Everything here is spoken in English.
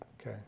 Okay